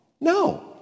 No